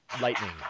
lightning